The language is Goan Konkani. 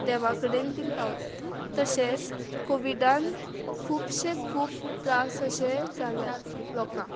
देवा कडेन बीन पावल्यात तशेंच कोविडान खुबशे खूब त्रास अशे जाल्यात लोकांक